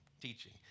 teaching